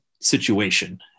situation